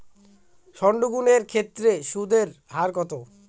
সর্ণ ঋণ এর ক্ষেত্রে সুদ এর হার কত?